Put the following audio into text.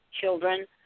children